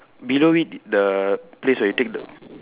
below it the place where you take the